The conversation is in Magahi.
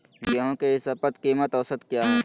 गेंहू के ई शपथ कीमत औसत क्या है?